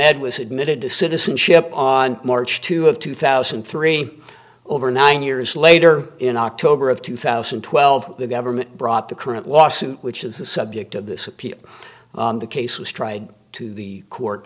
ahmed was admitted to citizenship on march two of two thousand and three over nine years later in october of two thousand and twelve the government brought the current lawsuit which is the subject of this appeal the case was tried to the court